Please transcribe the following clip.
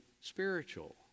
spiritual